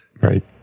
Right